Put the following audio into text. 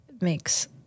makes